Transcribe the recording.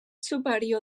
superior